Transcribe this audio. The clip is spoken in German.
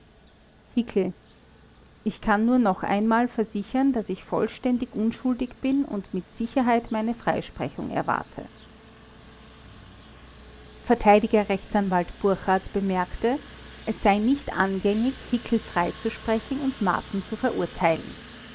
ich kann nur noch einmal versichern daß ich vollständig unschuldig bin und mit sicherheit meine freisprechung erwarte verteidiger rechtsanwalt burchard bemerkte es sei nicht angängig hickel freizusprechen und marten zu verurteilen